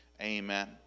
Amen